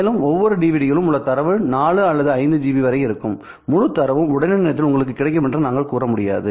மேலும் ஒவ்வொரு டிவிடியிலும் உள்ள தரவு 4 அல்லது 5 ஜிபி வரை இருக்கும்முழு தரவும் உடனடி நேரத்தில் உங்களுக்குக் கிடைக்கும் என்று நாங்கள் கூற முடியாது